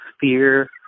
fear